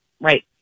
right